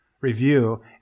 review